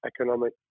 economic